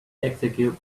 execute